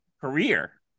career